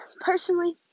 personally